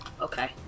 Okay